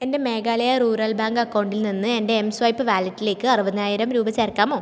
എൻ്റെ Meghalaya rural bank അക്കൗണ്ടിൽനിന്ന് എൻ്റെ എംസ്വൈപ്പ് വാലറ്റിലേക്ക് അറുപതിനായിരം രൂപ ചേർക്കാമോ